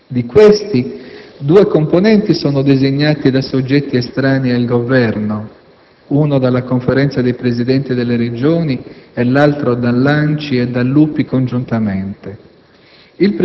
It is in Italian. Di questi, due componenti sono designati da soggetti estranei al Governo (uno dalla Conferenza dei Presidenti delle Regioni e l'altro dall'ANCI e dall'UPI congiuntamente).